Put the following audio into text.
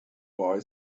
boy